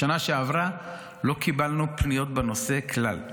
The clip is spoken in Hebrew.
בשנה שעברה לא קיבלנו פניות בנושא כלל.